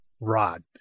rod